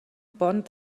pont